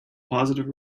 positive